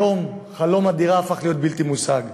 היום חלום הדירה הפך להיות בלתי מושג.